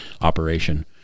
operation